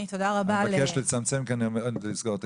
אני מבקש לצמצם כי אני עומד לסגור את הישיבה.